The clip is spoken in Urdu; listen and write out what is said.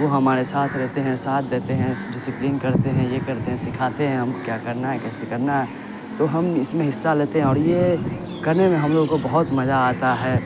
وہ ہمارے ساتھ رہتے ہیں ساتھ دیتے ہیں ڈسیپلین کرتے ہیں یہ کرتے ہیں سکھاتے ہیں ہم کو کیا کرنا ہے کیسے کرنا ہے تو ہم اس میں حصہ لیتے ہیں اور یہ کرنے میں ہم لوگوں کو بہت مزہ آتا ہے